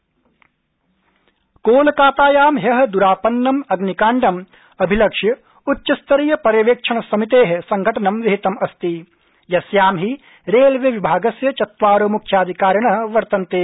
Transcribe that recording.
कोलकाताग्नि कोलकातायां ह्य द्रापन्नम् अभिकाण्डम् अभिलक्ष्य उच्चस्तरीय पर्यवेक्षण समिते संघटनं विहितम् अस्ति यस्यां हि रेलवेविभागस्य चत्वारो मुख्याधिकारिण वर्तन्ते